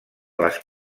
les